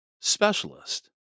specialist